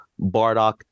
Bardock